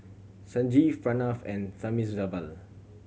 Sanjeev Pranav and Thamizhavel